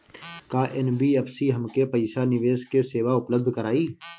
का एन.बी.एफ.सी हमके पईसा निवेश के सेवा उपलब्ध कराई?